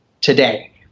today